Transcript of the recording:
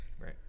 Right